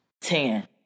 Ten